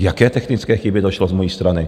K jaké technické chybě došlo z mojí strany?